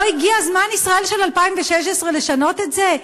לא הגיע הזמן, בישראל של 2016, לשנות את זה?